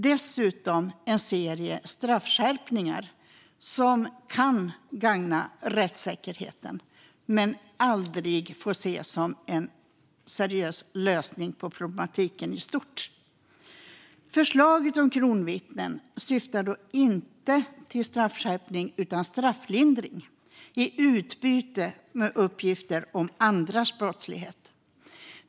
Dessutom innehåller propositionen förslag på en serie straffskärpningar som kan gagna rättssäkerheten men som aldrig får ses som en seriös lösning på problematiken i stort. Förslaget om kronvittnen syftar inte till straffskärpning utan till strafflindring i utbyte mot uppgifter om andras brottslighet.